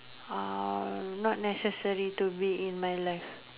not necessary to be in my life